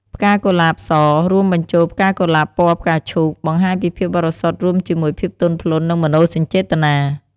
ផ្កាកុលាបស រួមបញ្ចូលផ្កាកុលាបពណ៌ផ្កាឈូក បង្ហាញពីភាពបរិសុទ្ធរួមជាមួយភាពទន់ភ្លន់ និងមនោសញ្ចេតនា។